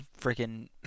freaking